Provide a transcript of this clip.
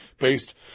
based